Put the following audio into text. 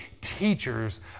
teachers